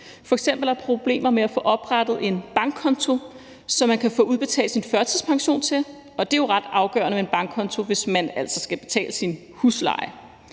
er der problemer med at få oprettet en bankkonto, som man kan få udbetalt sin førtidspension til, og det er jo ret afgørende med en bankkonto, hvis man skal betale sin husleje.